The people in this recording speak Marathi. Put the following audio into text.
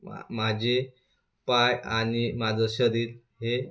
मा माझे पाय आणि माझं शरीर हे